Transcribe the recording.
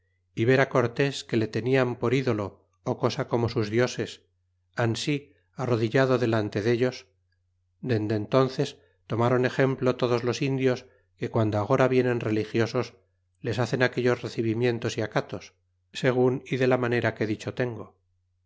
y ver cortes que le tenian por ídolo cosa como sus dioses ansi arrodillado delante dellos dende onces tomáron ejemplo todos los indios que guando agora vienen religiosos les hacen aquellos recibimientos y acatos segun y de la manera que dicho tengo